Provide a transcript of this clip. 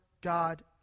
God